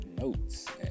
notes